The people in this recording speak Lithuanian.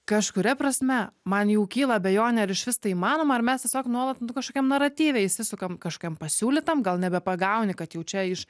kažkuria prasme man jau kyla abejonė ar išvis tai įmanoma ar mes tiesiog nuolat nu kažkokiam naratyve įsisukam kažkokiam pasiūlytam gal nebepagauni kad jau čia iš